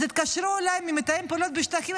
אז התקשרו אליי ממתאם הפעולות בשטחים,